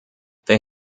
they